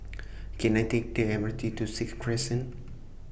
Can I Take The M R T to Sixth Crescent